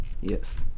yes